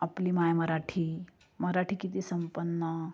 आपली माय मराठी मराठी किती संपन्न